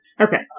Okay